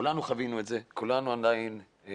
כולנו חווינו את זה, כולנו הציבור,